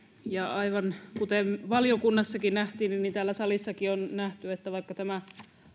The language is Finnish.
ja aivan kuten valiokunnassa niin myös täällä salissakin on nähty että vaikka tämä